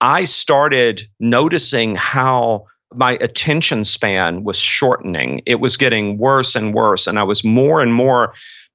i started noticing how my attention span was shortening. it was getting worse and worse and i was more and more